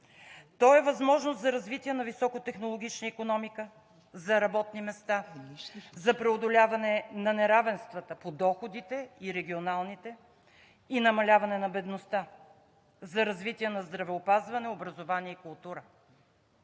Той е възможност за развитие на високотехнологична икономика, за работни места, за преодоляване на неравенствата по доходите и регионалните, и намаляване на бедността. За развитие на здравеопазване, образование и култура.